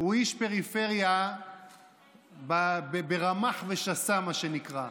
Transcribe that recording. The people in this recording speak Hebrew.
הוא איש פריפריה ברמ"ח ושס"ה, מה שנקרא.